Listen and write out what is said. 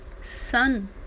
sun